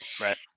Right